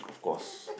it was